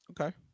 okay